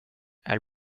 elle